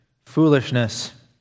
foolishness